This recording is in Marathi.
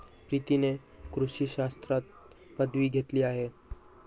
प्रीतीने कृषी शास्त्रात पदवी घेतली आहे